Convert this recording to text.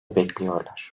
bekliyorlar